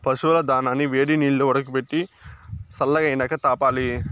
పశువుల దానాని వేడినీల్లో ఉడకబెట్టి సల్లగైనాక తాపాలి